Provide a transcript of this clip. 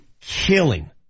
killing